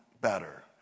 better